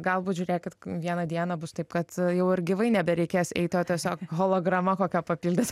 galbūt žiūrėkit vieną dieną bus taip kad jau ir gyvai nebereikės eiti o tiesiog holograma kokia papildys